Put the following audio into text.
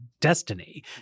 destiny